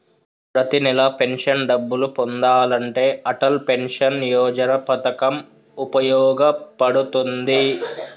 ప్రతి నెలా పెన్షన్ డబ్బులు పొందాలంటే అటల్ పెన్షన్ యోజన పథకం వుపయోగ పడుతుంది